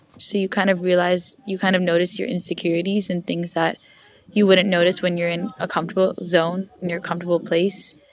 so you kind of realize you kind of notice your insecurities and things that you wouldn't notice when you're in a comfortable zone, in your comfortable place.